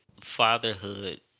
Fatherhood